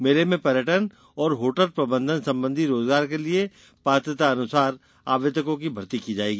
मेले में पर्यटन और होटल प्रबंधन संबंधी रोजगार के लिये पात्रता अनुसार आवेदकों की भर्ती की जाएगी